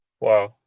Wow